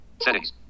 Settings